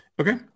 Okay